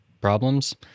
problems